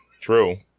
True